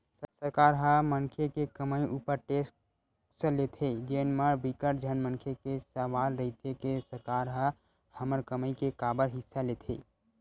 सरकार ह मनखे के कमई उपर टेक्स लेथे जेन म बिकट झन मनखे के सवाल रहिथे के सरकार ह हमर कमई के काबर हिस्सा लेथे